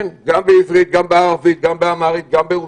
כן גם בעברית, גם בערבית, גם באמהרית, גם ברוסית.